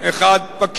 אחד פקיד